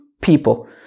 people